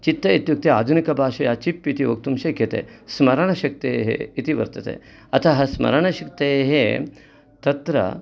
चित्त इत्युक्ते आधुनिकभाषया चिप् इति वक्तुं शक्यते स्मरणशक्तेः इति वर्तते अतः स्मरणशक्तेः तत्र